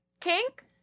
kink